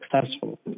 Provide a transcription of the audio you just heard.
successful